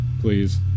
please